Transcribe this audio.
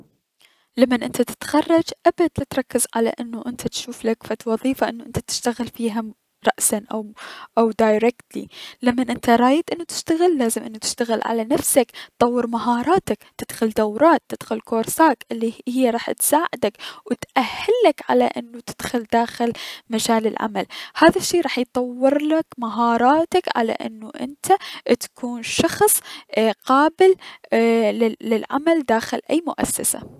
لمن انت تتخرج، ابد لتركز على انو انت تشوفلك فد وظيفة على انو انت تشتغل فيها رأسا او دايريكتلي، لمن انت رايد انو تشتغل لازم انو تشتغل على نفسك، طور مهاراتك، تدخل دورات، تدخل كورسات الي هي راح تساعدك و تأهلك على انو تدخل داخل مجال العمل، هذا الشي راح يطورلك مهاراتك على انو انت اتكون اي-قابل لل للعمل داخل اي مؤسسة.